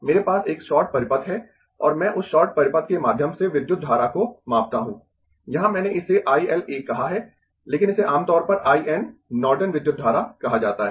मेरे पास एक शॉर्ट परिपथ है और मैं उस शॉर्ट परिपथ के माध्यम से विद्युत धारा को मापता हूं यहां मैंने इसे I L 1 कहा है लेकिन इसे आमतौर पर I N नॉर्टन विद्युत धारा कहा जाता है